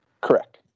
Correct